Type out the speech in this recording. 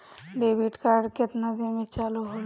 Debit card केतना दिन में चालु होला?